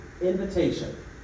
invitation